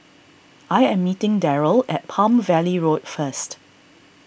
I am meeting Darrell at Palm Valley Road first